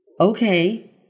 okay